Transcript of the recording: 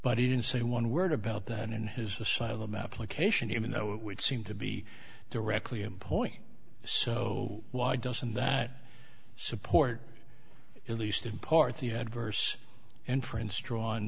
but he didn't say one word about that in his asylum application even though it would seem to be directly in point so why doesn't that support at least in part the adverse inference drawn